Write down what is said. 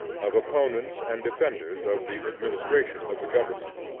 of opponents and defenders of the administration of the government.